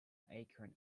akron